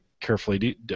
Carefully